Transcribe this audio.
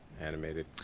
animated